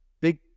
big